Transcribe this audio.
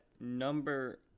Number